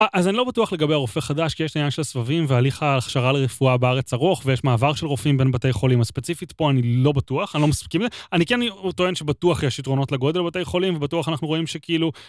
אז אני לא בטוח לגבי רופא חדש, כי יש עניין של הסבבים והליך ההכשרה לרפואה בארץ ארוך, ויש מעבר של רופאים בין בתי חולים, אז ספציפית פה אני לא בטוח. אני לא מספיק עם זה. אני כן טוען שבטוח יש יתרונות לגודל בתי החולים ובטוח אנחנו רואים שכאילו...